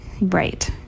Right